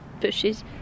bushes